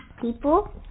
people